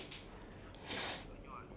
like to become zookeeper ah